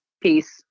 Peace